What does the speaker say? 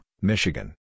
Michigan